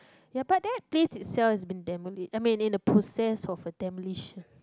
ya but there place itself is been demolish I mean in the process of a demolition